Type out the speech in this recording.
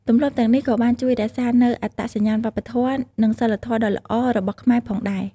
ទម្លាប់ទាំងនេះ ក៏បានជួយរក្សានូវអត្តសញ្ញាណវប្បធម៌ និងសីលធម៌ដ៏ល្អរបស់ខ្មែរផងដែរ។